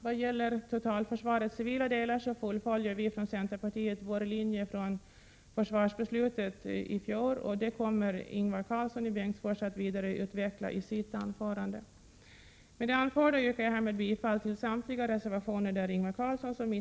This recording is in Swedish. Vad gäller totalförsvarets civila delar fullföljer vi från centerpartiet vår linje från försvarsbeslutet i fjol, och det kommer Ingvar Karlsson i Bengtsfors att vidareutveckla i sitt anförande. Med det anförda yrkar jag härmed bifall till samtliga reservationer av Ingvar Karlsson och mig.